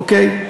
אוקיי?